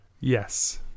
Yes